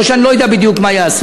או שאני לא יודע בדיוק מה יעשו.